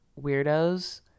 weirdos